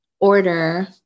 order